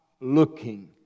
looking